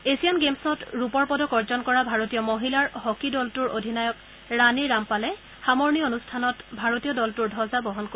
Asian গেমছত ৰূপৰ পদক অৰ্জন কৰা ভাৰতীয় মহিলাৰ হকী দলটোৰ অধিনায়ক ৰাণী ৰামপালে সামৰণি অনুষ্ঠানত ভাৰতীয় দলটোৰ ধবজা বহন কৰিব